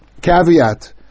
caveat